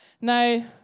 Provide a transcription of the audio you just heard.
Now